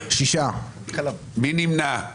מי נמנע?